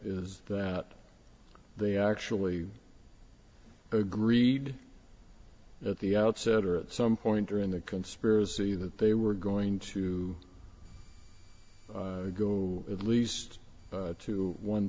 is that they actually agreed at the outset or at some point during the conspiracy that they were going to go at least to one